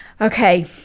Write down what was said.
Okay